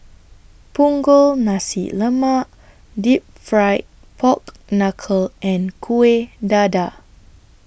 Punggol Nasi Lemak Deep Fried Pork Knuckle and Kueh Dadar